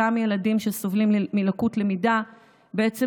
אותם ילדים שסובלים מלקות למידה בעצם